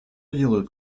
делают